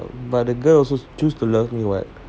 ya but the girl also choose to love me [what]